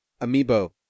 Amiibo